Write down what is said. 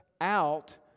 out